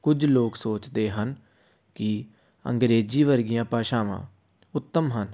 ਕੁਝ ਲੋਕ ਸੋਚਦੇ ਹਨ ਕਿ ਅੰਗਰੇਜ਼ੀ ਵਰਗੀਆਂ ਭਾਸ਼ਾਵਾਂ ਉੱਤਮ ਹਨ